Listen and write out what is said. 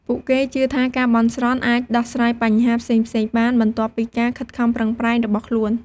ពួកគេជឿថាការបន់ស្រន់អាចដោះស្រាយបញ្ហា ផ្សេងៗបាន បន្ទាប់ពីការខិតខំប្រឹងប្រែងរបស់ខ្លួន។